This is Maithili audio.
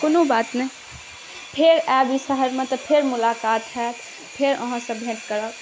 कोनो बात नहि फेर आएब ई शहरमे तऽ फेर मुलाकात हैत फेर अहाँसँ भेँट करब